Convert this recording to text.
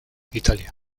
italia